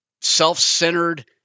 self-centered